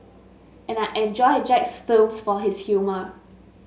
and I enjoy Jack's films for his humour